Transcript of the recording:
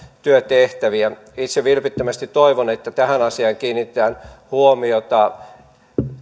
työtehtäviä itse vilpittömästi toivon että tähän asiaan kiinnitetään huomiota